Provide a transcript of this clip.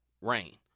rain